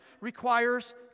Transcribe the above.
requires